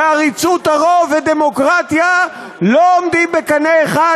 ועריצות הרוב ודמוקרטיה לא עולות בקנה אחד,